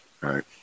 Right